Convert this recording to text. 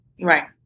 Right